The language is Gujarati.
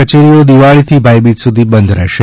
કયેરીઓ દિવાળીથી ભાઈબીજ સુધી બંધ રહેશે